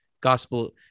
Gospel